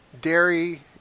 dairy